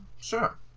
Sure